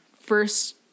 first